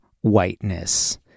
whiteness